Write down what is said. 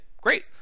great